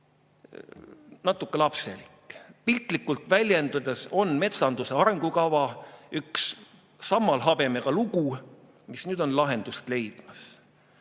natuke lapselik. Piltlikult väljendudes on metsanduse arengukava üks sammalhabemega lugu, mis nüüd on lahendust leidmas.